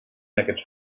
aquests